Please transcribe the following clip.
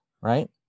right